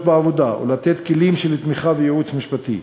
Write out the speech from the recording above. בעבודה ולתת כלים של תמיכה וייעוץ משפטי.